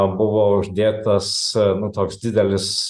buvo uždėtas nu toks didelis